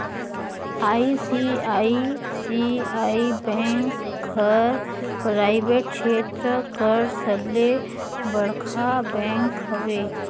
ICICI bank हर private छेत्र कर सबले बड़खा बेंक हवे